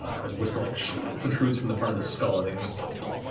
as whisper like protrudes from the front of the skull and it kind of